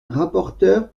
rapporteure